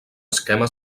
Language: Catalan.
esquema